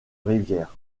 rivières